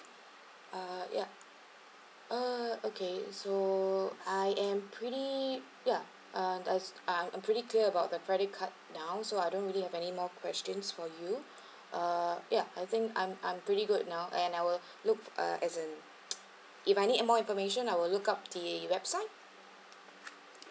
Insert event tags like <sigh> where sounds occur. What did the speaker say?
uh yup uh okay so I am pretty ya um there's I pretty clear about the credit card now so I don't really have any more questions for you <breath> uh ya I think I'm I'm pretty good now and I will <breath> look uh as in if I need more information I will look up the website